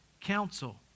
council